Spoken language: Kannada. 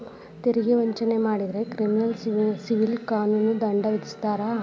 ತೆರಿಗೆ ವಂಚನೆ ಮಾಡಿದ್ರ ಕ್ರಿಮಿನಲ್ ಸಿವಿಲ್ ಕಾನೂನು ದಂಡ ವಿಧಿಸ್ತಾರ